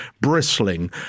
bristling